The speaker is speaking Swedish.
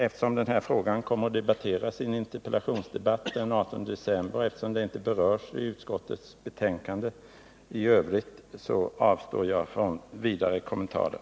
Eftersom den här frågan kommer att diskuteras i en interpellationsdebatt den 18 december och eftersom den inte berörs i utskottets betänkande i övrigt avstår jag från vidare kommentarer.